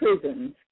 prisons